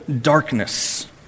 darkness